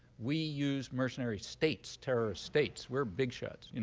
we use mercenary states, terrorist states. we're big shots. you know